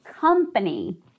company